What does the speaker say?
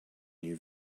new